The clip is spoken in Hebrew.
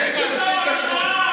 נותנים כשרות.